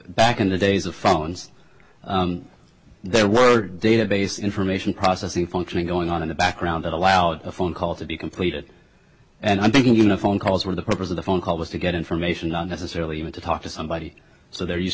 back in the days of phones there were database information processing functioning going on in the background that allowed a phone call to be completed and i'm thinking you know phone calls where the purpose of the phone call was to get information not necessarily even to talk to somebody so there used